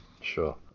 Sure